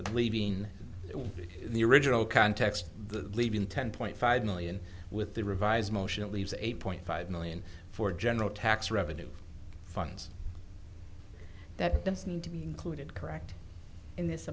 that leaving the original context the leaving ten point five million with the revised motion it leaves eight point five million for general tax revenue funds that does need to be included correct in this